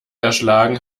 erschlagen